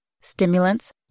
stimulants